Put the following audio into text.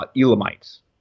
Elamites